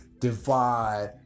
divide